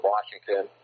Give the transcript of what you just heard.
Washington